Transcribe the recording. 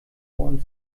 ohren